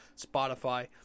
Spotify